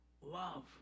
Love